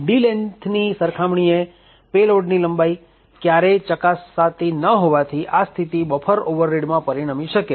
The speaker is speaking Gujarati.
અહીં d lengthની સરખામણીએ પેલોડની લંબાઈ ક્યારેય ચકાસાતી ના હોવાથી આ સ્થિતિ બફર ઓવરરીડમાં પરિણમી શકે